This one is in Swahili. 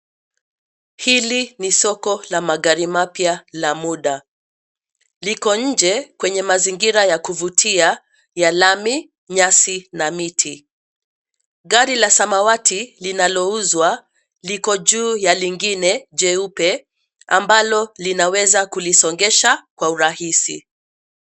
Hili ni soko la magari mapya la muda. Liko nje kwenye mazingira ya kuvutia, ya lami, nyasi na miti. Gari la samawati, linalouzwa, liko juu ya lingine jeupe, ambalo linaweza kulisongesha kwa urahisi.